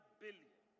billion